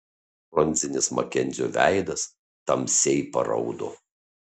bronzinis makenzio veidas tamsiai paraudo